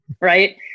right